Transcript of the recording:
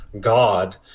God